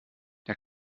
der